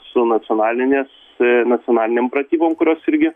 su nacionalinės nacionalinėm pratybom kurios irgi